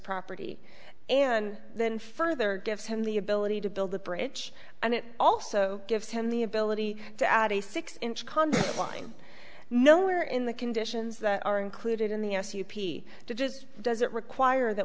property and then further gives him the ability to build the bridge and it also gives him the ability to add a six inch condo line no where in the conditions that are included in the s u v just doesn't require that